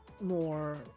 more